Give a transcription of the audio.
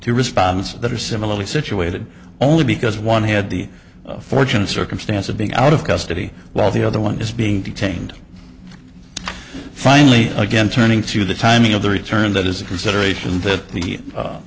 response that are similarly situated only because one had the fortunate circumstance of being out of custody while the other one is being detained finally again turning to the timing of the return that is a consideration that the